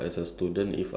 ya